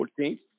14th